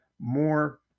more